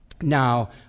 Now